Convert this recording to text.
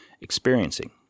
experiencing